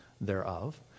thereof